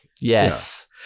Yes